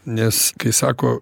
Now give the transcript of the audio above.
nes kai sako